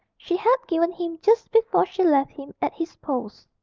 she had given him just before she left him at his post.